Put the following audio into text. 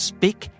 Speak